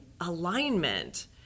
alignment